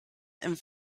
and